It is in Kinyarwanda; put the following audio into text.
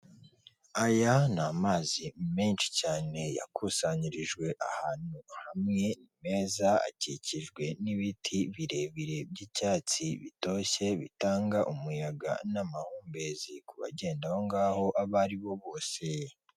Aya ni amazi menshi cyane yakusanyirijwe ahantu hamwe meza, akikijwe n'ibiti birebire by'icyatsi bitoshye bitanga umuyaga n'amahumbezi ku bagenda aho ngaho, abo ari bo bose.